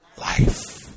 Life